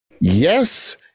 Yes